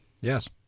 Yes